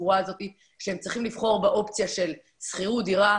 השבורה הזאת שהם צריכים לבחור באופציה של שכירות דירה,